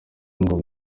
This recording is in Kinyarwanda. ngo